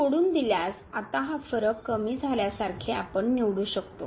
सोडून दिल्यास आता हा फरक कमी झाल्यासारखे आपण निवडू शकतो